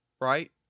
Right